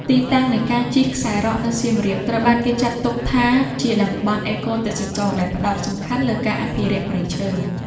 ទីកន្លែងនៃការជិះខ្សែរ៉កនៅសៀមរាបត្រូវបានគេចាត់ទុកថាជាតំបន់ អេកូទេសចរណ៍ ដែលផ្ដោតសំខាន់លើការអភិរក្សព្រៃឈើ។